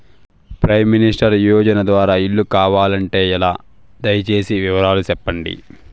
Prime minister యోజన ద్వారా ఇల్లు కావాలంటే ఎలా? దయ సేసి వివరాలు సెప్పండి?